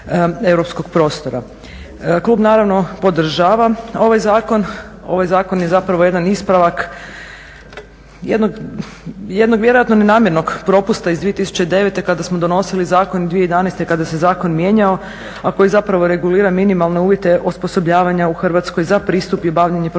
Klub naravno podržava ovaj zakon. Ovaj zakon je zapravo jedan ispravak jednog vjerojatno ne namjernog propusta iz 2009. kada smo donosili zakon i 2011. kada se zakon mijenjao, a koji zapravo regulira minimalne uvjete osposobljavanja u Hrvatskoj za pristup i bavljenje profesija